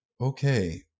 Okay